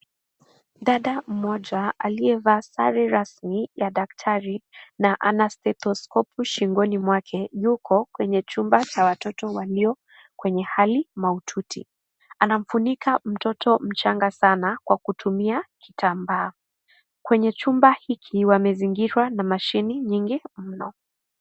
Dada mmoja aliyevalia sare rasmi ya daktari na ana stethoskopu shingoni mwake. Yuko kwenye chumba cha watoto walio kwenye hali mahututi. Anamfunika mtoto mchanga sana kwa kutimua kitambaa. Kwenye chumba hiki wamezingirwa na mashine nyingi mno.